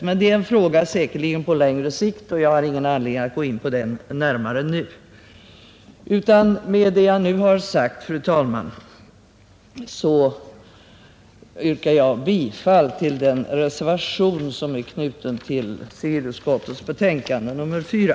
Men det är säkerligen en fråga på längre sikt, och jag har ingen anledning att närmare ingå på den här. Fru talman! Med det anförda yrkar jag bifall till den reservation som är knuten till civilutskottets betänkande nr 4.